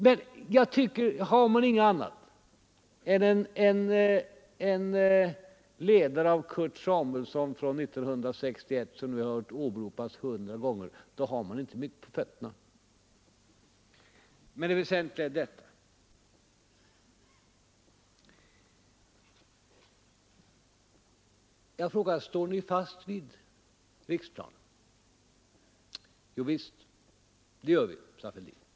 Men har man ingenting annat än en ledare av Kurt Samuelsson från 1961, en ledare som jag har hört åberopas kanske hundra gånger — ja, då har man verkligen inte mycket på fötterna. Men det väsentliga är, och nu frågar jag: Står ni fast vid riksplanen? Jo visst, det gör vi, svarar herr Fälldin.